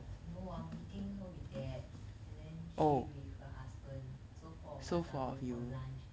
no I'm meeting her with dad and then she with her husband so four of us are going for lunch